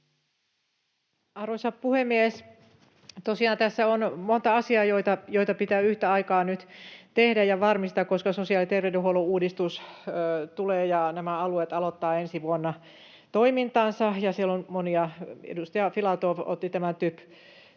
Arvoisa puhemies! Tosiaan tässä on monta asiaa, joita pitää yhtä aikaa nyt tehdä ja varmistaa, koska sosiaali‑ ja terveydenhuollon uudistus tulee ja nämä alueet aloittavat ensi vuonna toimintansa. Edustaja Filatov otti tämän